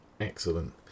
excellent